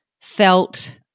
felt